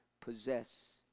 possess